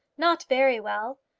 not very well.